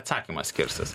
atsakymas skirsis